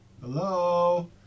Hello